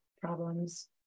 problems